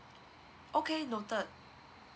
okay noted